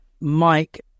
Mike